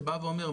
שבא ואומר,